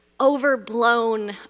overblown